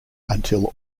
until